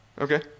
Okay